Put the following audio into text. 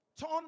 turn